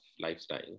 lifestyle